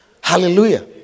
Hallelujah